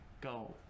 go